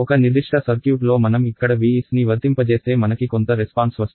ఒక నిర్దిష్ట సర్క్యూట్ లో మనం ఇక్కడ V s ని వర్తింపజేస్తే మనకి కొంత రెస్పాన్స్ వస్తుంది